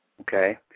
Okay